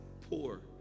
poor